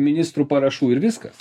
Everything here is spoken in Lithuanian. ministrų parašų ir viskas